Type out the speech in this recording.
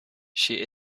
she